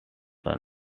sons